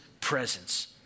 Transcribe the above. presence